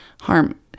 harm